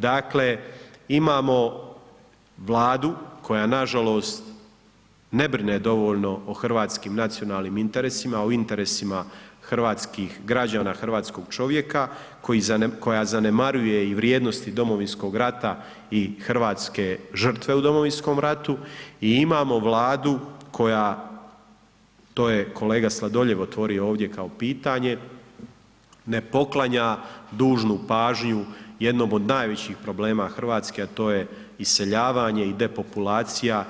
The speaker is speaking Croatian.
Dakle, imamo Vladu koja nažalost ne brine dovoljno o hrvatskim nacionalnim interesima, o interesima hrvatskih građana, hrvatskog čovjeka, koja zanemaruje i vrijednosti Domovinskog rata i hrvatske žrtve u Domovinskom ratu i imamo Vladu koja, to je kolega Sladoljev otvorio ovdje kao pitanje, ne poklanja dužnu pažnju jednom od najvećih problema Hrvatske, a to je iseljavanje i depopulacija